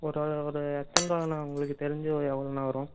ஒரு ஒரு எத்தனை ருபாண்ணா உங்களுக்கு தெரிஞ்சு எவ்வளோண்ணா வரும்